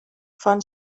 fand